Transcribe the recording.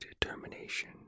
determination